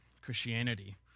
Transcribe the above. Christianity